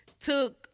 took